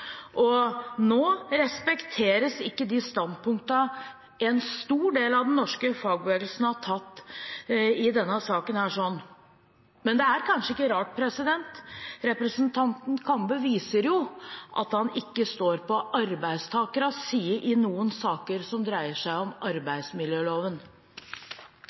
og nå respekteres ikke de standpunktene som en stor del av den norske fagbevegelsen har tatt i den saken. Men det er kanskje ikke rart. Representanten Kambe viser jo at han ikke står på arbeidstakernes side i noen saker som dreier seg om